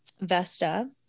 Vesta